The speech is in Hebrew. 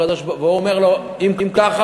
אם כך,